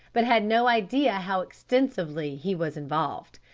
but had no idea how extensively he was involved.